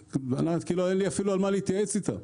כלומר, אין לי אפילו על מה להתייעץ איתם.